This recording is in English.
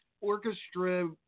orchestra